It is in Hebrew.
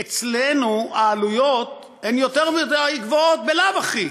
אצלנו, העלויות הן יותר מדי גבוהות בלאו הכי.